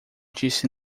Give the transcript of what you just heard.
disse